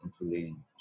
including